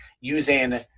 Using